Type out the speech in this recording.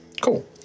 Cool